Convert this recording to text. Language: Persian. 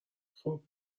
خوب